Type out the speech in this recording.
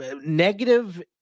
negative